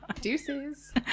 Deuces